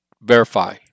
verify